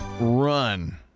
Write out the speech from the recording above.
run